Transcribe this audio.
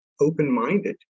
open-minded